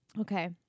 Okay